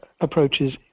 approaches